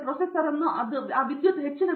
professor V